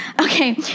Okay